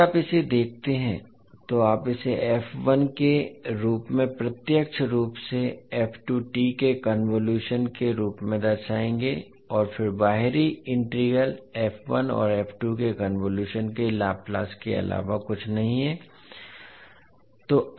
यदि आप इसे देखते हैं तो आप इसे f1 के रूप में प्रत्यक्ष रूप से f2 t के कन्वोलुशन के रूप में दर्शाएंगे और फिर बाहरी इंटीग्रल f1 और f2 के कन्वोलुशन के लाप्लास के अलावा कुछ नहीं है